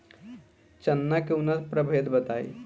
चना के उन्नत प्रभेद बताई?